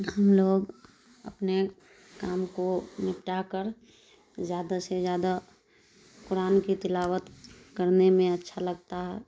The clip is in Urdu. ہم لوگ اپنے کام کو نپٹا کر زیادہ سے زیادہ قرآن کی تلاوت کرنے میں اچھا لگتا ہے